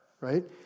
right